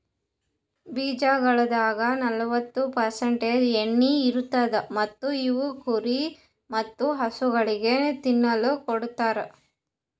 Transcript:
ಬೀಜಗೊಳ್ದಾಗ್ ನಲ್ವತ್ತು ಪರ್ಸೆಂಟ್ ಎಣ್ಣಿ ಇರತ್ತುದ್ ಮತ್ತ ಇವು ಕುರಿ ಮತ್ತ ಹಸುಗೊಳಿಗ್ ತಿನ್ನಲುಕ್ ಕೊಡ್ತಾರ್